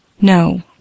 No